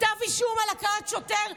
כתב אישום על הכאת שוטר,